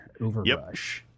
Overrush